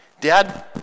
Dad